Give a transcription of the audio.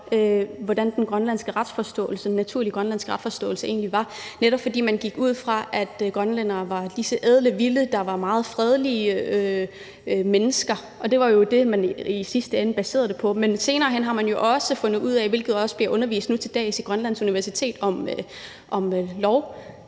hvordan den naturlige grønlandske retsforståelse egentlig var, netop fordi man gik ud fra, at grønlændere var disse ædle vilde, der var meget fredelige mennesker. Det var det, man i sidste ende baserede det på, men senere hen har man jo fundet ud af, hvilket der også bliver undervist i nu til dags i jura på Grønlands universitet, at